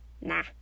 nah